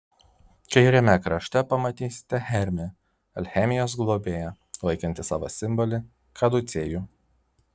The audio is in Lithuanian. kairiame krašte pamatysite hermį alchemijos globėją laikantį savo simbolį kaducėjų